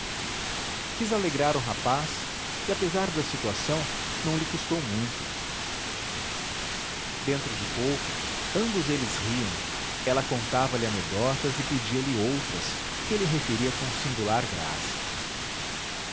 quis alegrar o rapaz e apesar da situação não lhe custou muito dentro de pouco ambos eles riam ela contava-lhe anedotas e pedia-lhe outras que ele referia com singular graça